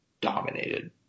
dominated